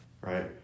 Right